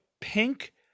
pink